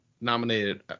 nominated